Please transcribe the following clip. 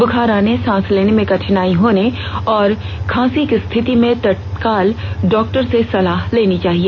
बुखार आने सांस लेने में कठिनाई होने और खांसी की स्थिति में तत्काल डॉक्टर से सलाह लेनी चाहिए